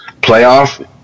Playoff